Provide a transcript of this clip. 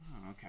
okay